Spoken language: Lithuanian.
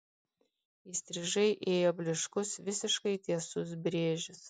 įstrižai ėjo blyškus visiškai tiesus brėžis